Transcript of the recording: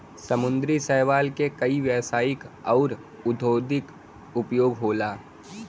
समुंदरी शैवाल के कई व्यवसायिक आउर औद्योगिक उपयोग होला